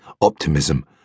optimism